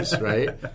right